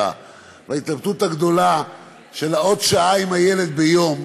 וההתלבטות הגדולה לגבי עוד שעה עם הילד ביום,